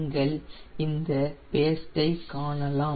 நீங்கள் இந்த பேஸ்ட் ஐ காணலாம்